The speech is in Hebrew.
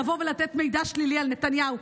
לבוא ולתת מידע שלילי על נתניהו.